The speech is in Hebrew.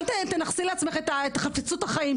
אל תנכסי לעצמך את חפצות החיים,